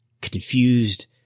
confused